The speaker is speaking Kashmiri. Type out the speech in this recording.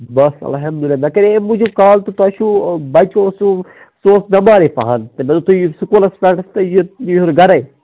بَس الحمداللہ مےٚ کَرے اَمہِ موٗجوٗب کال تہٕ تۄہہِ چھُو بَچہٕ اوسوٕ سُہ اوس بٮ۪مارٕے پَہَم تہٕ مےٚ دوٚپ تُہۍ یِیِو سکوٗلَس پٮ۪ٹھ تہٕ یہِ یہِ نیٖہوٗن گَرَے